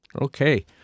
Okay